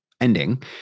ending